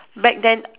back then